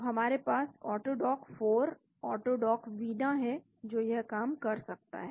तो हमारे पास AutoDock 4 AutoDock Vina है जो यह काम कर सकता है